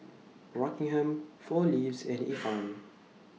Rockingham four Leaves and Ifan